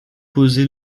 posées